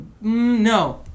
no